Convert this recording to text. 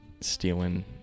stealing